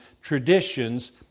traditions